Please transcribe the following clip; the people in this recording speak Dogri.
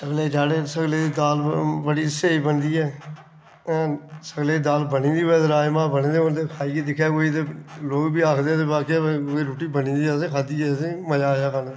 सगले चाढ़े सगले दी दाल बड़ी स्हेई बनदी ऐ और सगले दी दाल बनी दी होऐ ते राजमा बने दे होन ते खाइयै दिक्खै कोई ते लोग बी आखदे भाई रुट्टी बनी दी ऐ ते खाद्धी ऐ असें ते मजा आया खाने दा